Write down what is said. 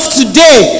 today